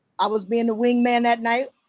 i was being the wingman that night.